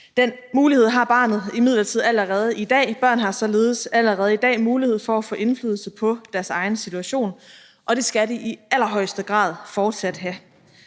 Den mulighed har barnet imidlertid allerede i dag. Børn har således allerede i dag mulighed for at få indflydelse på deres egen situation, og det skal de i allerhøjeste grad fortsat have.